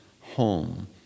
home